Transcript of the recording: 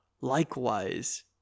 Likewise